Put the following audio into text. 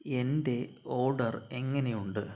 എന്റെ ഓർഡർ എങ്ങനെയുണ്ട്